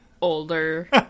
older